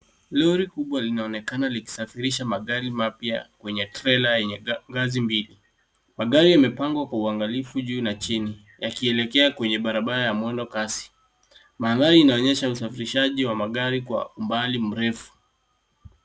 Lori kubwa linaonekana likisafirisha magari mapya kwenye trela yenye ngazi mbili. Magari yamepangwa kwa uangalifu juu na chini, yakielekea kwenye barabara ya mwendokasi. Mandhari inaonyesha usafirishaji wa magari kwa umbali mrefu.